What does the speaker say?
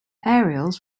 aerials